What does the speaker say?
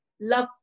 love